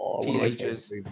teenagers